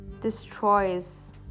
destroys